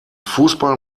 fußball